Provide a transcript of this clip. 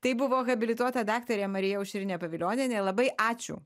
tai buvo habilituota daktarė marija aušrinė pavilionienė labai ačiū